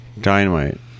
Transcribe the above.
dynamite